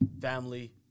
family